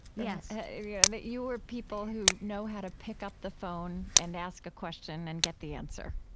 yes yeah yeah and that you were people who know how to pick up the phone and ask a question and get the answer